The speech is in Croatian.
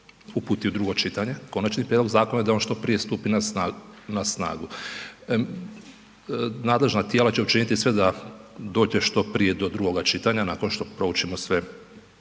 uputi u drugo čitanje, konačni prijedlog zakona i da on što prije stupi na snagu. Nadležna tijela će učiniti sve da dođe što prije do drugoga čitanja nakon što proučimo sve